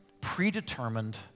predetermined